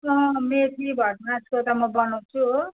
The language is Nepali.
अँ मेथी भटमासको त म बनाउँछु हो